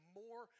more